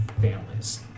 families